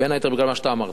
בין היתר בגלל מה שאתה אמרת,